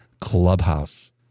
Clubhouse